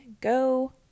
go